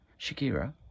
Shakira